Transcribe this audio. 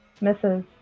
Misses